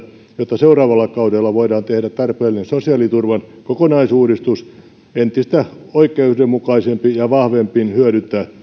jotta seuraavalla kaudella voidaan tehdä tarpeellinen sosiaaliturvan kokonaisuudistus entistä oikeudenmukaisemmin ja vahvemmin hyödyttää